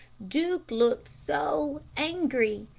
duke looked so angry.